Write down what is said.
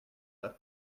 that